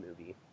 movie